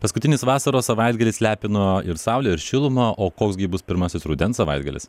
paskutinis vasaros savaitgalis lepino ir saule ir šiluma o koks gi bus pirmasis rudens savaitgalis